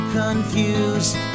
confused